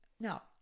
now